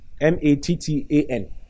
M-A-T-T-A-N